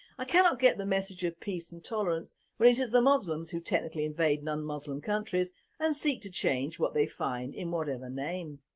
i cannot get the message of peace and tolerance when it is the muslims who technically invade non muslim countries and seek to change what they find in whatever name.